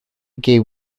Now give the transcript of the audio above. gave